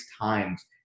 times